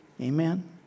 Amen